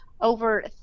over